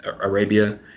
Arabia